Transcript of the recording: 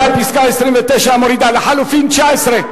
לא מורידה.